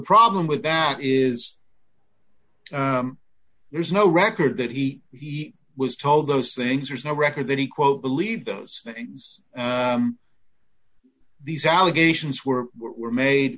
problem with that is there's no record that he he was told those things there's no record that he quote believed those things these allegations were were made